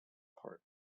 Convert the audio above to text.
part